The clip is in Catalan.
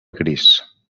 gris